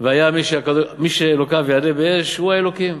והיה מי שאלוקיו יעלה באש, הוא האלוקים.